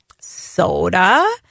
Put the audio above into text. Soda